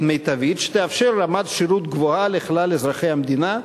מיטבית שתאפשר רמת שירות גבוהה לכלל אזרחי המדינה,